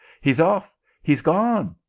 he s off! he s gone!